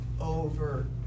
Over